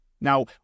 Now